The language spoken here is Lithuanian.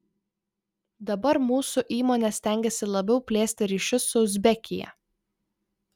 dabar mūsų įmonė stengiasi labiau plėsti ryšius su uzbekija